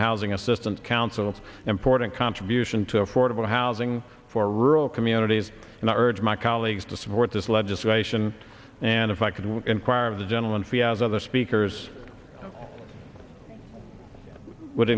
housing assistance council's important contribution to affordable housing for rural communities and i urge my colleagues to support this legislation and if i could inquire of the gentleman fee as other speakers would